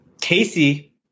Casey